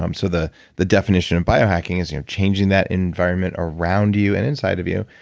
um so the the definition of biohacking is you know changing that environment around you and inside of you.